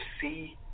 see